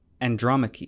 Andromache